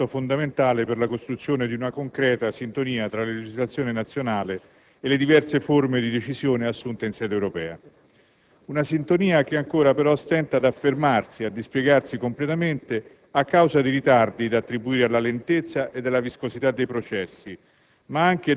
L'approvazione della legge comunitaria è nel nostro ordinamento un atto fondamentale per la costruzione di una concreta sintonia tra la legislazione nazionale e le diverse forme di decisione assunte in sede europea.